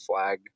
flag